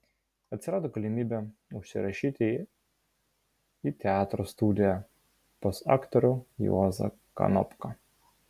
atsirado galimybė užsirašyti į teatro studiją pas aktorių juozą kanopką